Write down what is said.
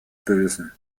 bösen